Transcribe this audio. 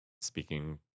speaking